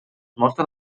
mostren